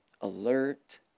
alert